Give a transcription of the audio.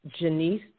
Janice